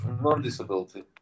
non-disability